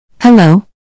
Hello